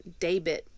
Daybit